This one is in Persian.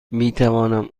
میتوانم